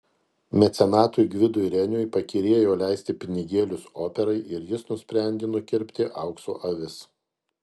mecenatui gvidui reniui pakyrėjo leisti pinigėlius operai ir jis nusprendė nukirpti aukso avis